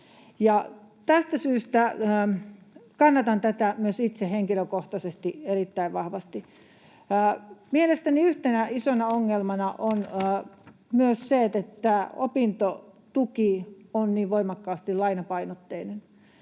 Tästä syystä kannatan tätä myös itse henkilökohtaisesti erittäin vahvasti. Mielestäni yhtenä isona ongelmana on myös se, että opintotuki on niin voimakkaasti lainapainotteinen.